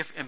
F M